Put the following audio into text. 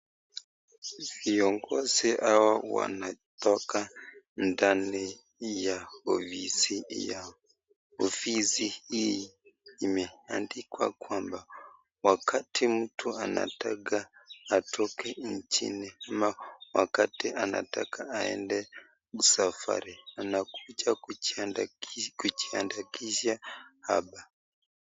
Viongozi hawa wanatoka ndani ya ofisi yao. Ofisi hii imeandikwa kwamba, wakati mtu anataka atoke nchini ama wakati anataka aende safari, anakuja kujiandikisha hapa.